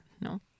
No